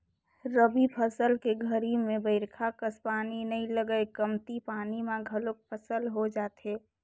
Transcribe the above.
रबी फसल के घरी में बईरखा कस पानी नई लगय कमती पानी म घलोक फसल हो जाथे